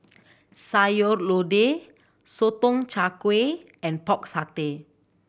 Sayur Lodeh Sotong Char Kway and Pork Satay